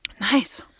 Nice